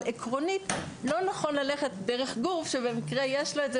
אבל עקרונית לא נכון ללכת דרך גוף שבמקרה יש לו את זה